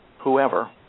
Whoever